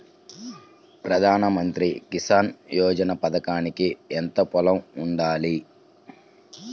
ప్రధాన మంత్రి కిసాన్ యోజన పథకానికి ఎంత పొలం ఉండాలి?